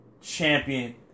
champion